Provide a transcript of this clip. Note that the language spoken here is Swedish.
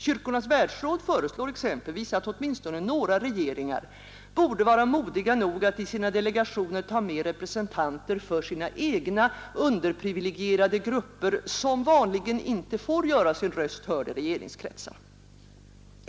Kyrkornas världsråd föreslår exempelvis att åtminstone några regeringar borde vara modiga nog att i sina delegationer ta med representanter för sina egna underprivilegierade grupper, som vanligen inte får göra sin röst hörd i regeringskretsar.